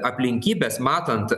aplinkybės matant